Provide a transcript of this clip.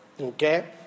Okay